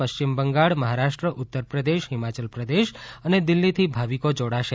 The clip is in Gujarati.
પશ્ચિમ બંગાળ મહારાષ્ટ્ર ઉત્તરપ્રદેશ હિમાચલ પ્રદેશ અને દિલ્હીથી ભાવિકો જોડાશે